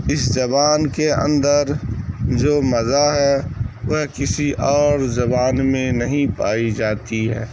اس زبان کے اندر جو مزہ ہے وہ کسی اور زبان میں نہیں پائی جاتی ہے